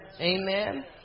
Amen